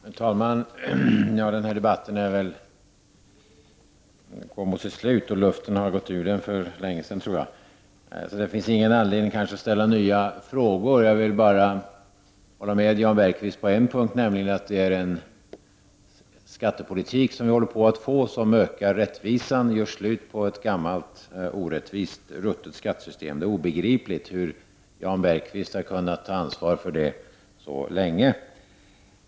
Herr talman! Den här debatten går väl mot sitt slut, och luften har gått ur den för länge sedan. Det finns ingen anledning att ställa nya frågor. Jag vill bara hålla med Jan Bergqvist på en punkt, nämligen att vi håller på att få en skattepolitik som ökar rättvisan och gör slut på ett gammalt, orättvist, ruttet skattesystem. Det är obegripligt hur Jan Bergqvist har kunnat ta ansvar för det så länge.